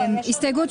התנגד.